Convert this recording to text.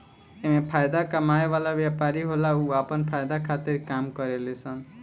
एमे फायदा कमाए वाला व्यापारी होला उ आपन फायदा खातिर काम करेले सन